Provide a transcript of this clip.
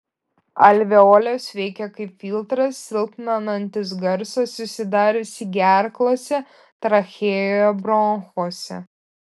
alveolės veikia kaip filtras silpninantis garsą susidariusį gerklose trachėjoje bronchuose